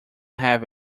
have